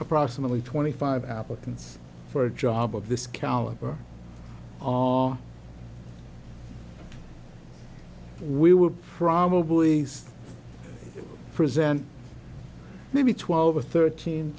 approximately twenty five applicants for a job of this caliber all we will probably present maybe twelve or thirteen